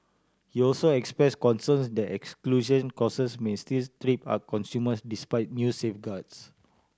he also expressed concerns that exclusion causes may still trip up consumers despite new safeguards